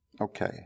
Okay